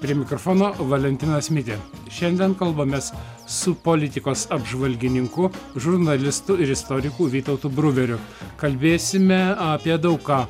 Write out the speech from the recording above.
prie mikrofono valentinas mitė šiandien kalbamės su politikos apžvalgininku žurnalistu ir istoriku vytautu bruveriu kalbėsime apie daug ką